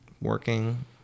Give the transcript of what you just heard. working